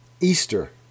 Easter